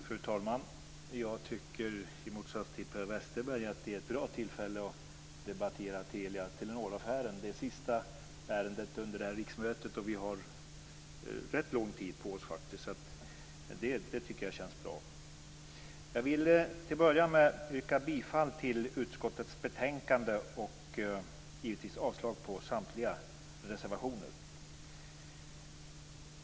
Fru talman! Jag tycker, i motsats till Per Westerberg, att detta är ett bra tillfälle att debattera Telia/Telenoraffären. Det är sista ärendet under det här riksmötet, och vi har rätt lång tid till förfogande. Det känns bra. Jag vill till att börja med yrka bifall till hemställan i utskottets betänkande och givetvis avslag på samtliga reservationer.